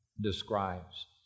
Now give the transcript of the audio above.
describes